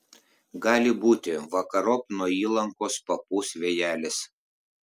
gali būti vakarop nuo įlankos papūs vėjelis